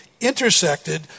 intersected